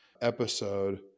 episode